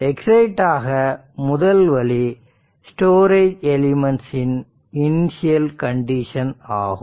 excite ஆக முதல் வழி ஸ்டோரேஜ் எலிமென்ட்ஸ் இன் இனிசியல் கண்டிஷன் ஆகும்